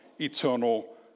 eternal